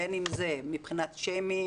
בין אם זה מבחינת שיימינג,